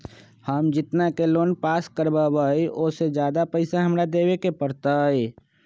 हम जितना के लोन पास कर बाबई ओ से ज्यादा पैसा हमरा देवे के पड़तई?